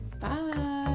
Bye